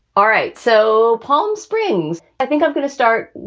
all right. so palm springs, i think i'm going to start,